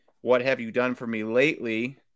what-have-you-done-for-me-lately